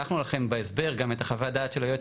שלחנו לכם בהסבר גם את חוות הדעת של היועץ